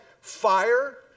fire